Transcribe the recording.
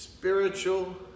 spiritual